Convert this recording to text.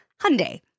Hyundai